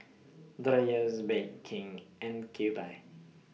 Dreyers Bake King and Kewpie